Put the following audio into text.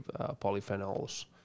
polyphenols